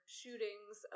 shootings